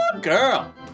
girl